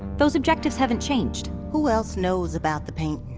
those objectives haven't changed who else knows about the paintings?